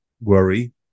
worry